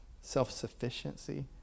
self-sufficiency